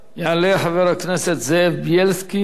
יעלה חבר הכנסת זאב בילסקי.